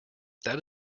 that